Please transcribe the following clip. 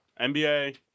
NBA